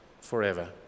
forever